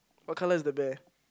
what colour is the bear